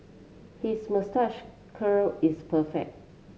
his moustache curl is perfect